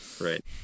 right